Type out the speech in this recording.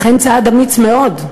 אכן צעד אמיץ מאוד,